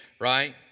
right